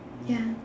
ya